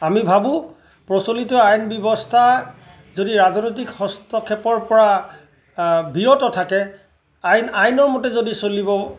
আমি ভাবোঁ প্ৰচলিত আইন ব্য়ৱস্থা যদি ৰাজনৈতিক হস্তক্ষেপৰ পৰা বিৰত থাকে আইন আইনৰ মতে যদি চলিব